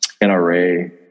NRA